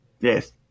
Yes